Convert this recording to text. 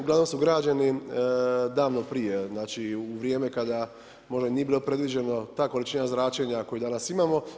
Uglavnom su građeni davno prije, znači u vrijeme kada možda nije bilo predviđeno ta količina zračenja koju danas imamo.